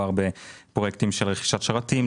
מדובר בפרויקטים של רכישת שרתים,